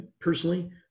personally